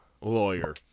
lawyer